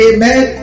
Amen